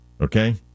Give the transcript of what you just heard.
okay